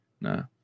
no